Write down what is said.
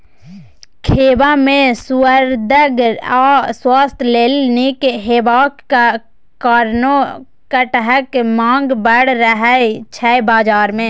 खेबा मे सुअदगर आ स्वास्थ्य लेल नीक हेबाक कारणेँ कटहरक माँग बड़ रहय छै बजार मे